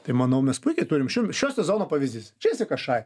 tai manau mes puikiai turim šio sezono pavyzdys džesika šai